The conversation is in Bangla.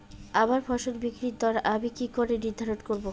আমার ফসল বিক্রির দর আমি কি করে নির্ধারন করব?